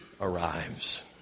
arrives